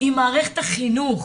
עם מערכת החינוך,